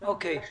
בסדר,